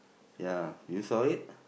ya you saw it